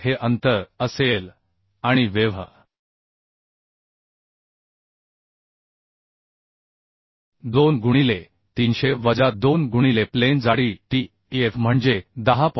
4 हे अंतर असेल आणि वेव्ह 2 गुणिले 300 वजा 2 गुणिले प्लेन जाडी T f म्हणजे 10